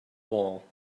wall